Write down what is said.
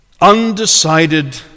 Undecided